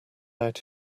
out